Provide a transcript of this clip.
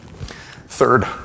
Third